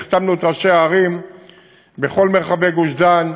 החתמנו את ראשי הערים בכל מרחבי גוש דן,